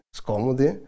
scomodi